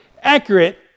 accurate